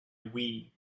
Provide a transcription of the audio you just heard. wii